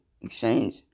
exchange